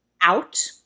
out